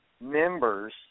members